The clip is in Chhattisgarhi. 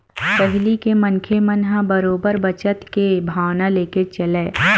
पहिली के मनखे मन ह बरोबर बचत के भावना लेके चलय